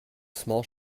small